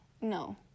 no